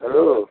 hello